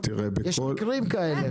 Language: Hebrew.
יש מקרים כאלה.